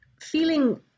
feeling